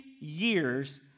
years